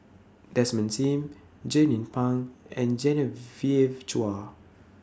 Desmond SIM Jernnine Pang and Genevieve Chua